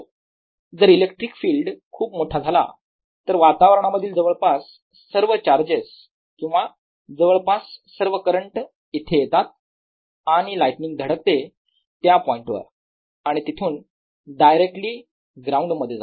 जर electric field खूप मोठा झाला तर वातावरणामधील जवळपास सर्व चार्जेस किंवा जवळपास सर्व करंट इथे येतात आणि लाईटनिंग धडकते त्या पॉईंटवर आणि तिथून डायरेक्टली ग्राउंड मध्ये जाते